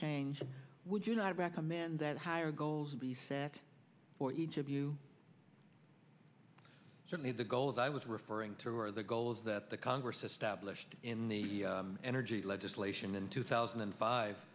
change would you not recommend that higher goals be set for each of you certainly the goal of i was referring to are the goals that the congress established in the energy legislation in two thousand and five